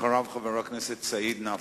אחריו, חבר הכנסת סעיד נפאע.